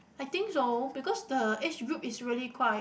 I think so because the age group is really quite